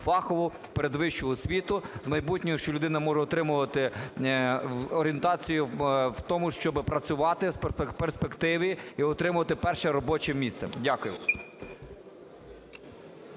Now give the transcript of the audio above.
фахову передвищу освіту, в майбутньому що людина може отримувати орієнтацію в тому, щоби працювати в перспективі і отримувати перше робоче місце. Дякую.